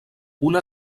una